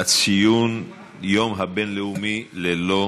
ציון היום הבין-לאומי ללא